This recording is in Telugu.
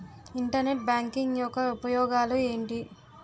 ఇంటర్నెట్ బ్యాంకింగ్ యెక్క ఉపయోగాలు ఎంటి?